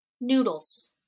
noodles